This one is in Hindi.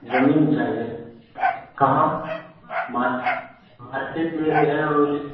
ज़मीन चाहिए कहाँ मार मार्केट में ही है और